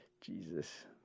Jesus